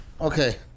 Okay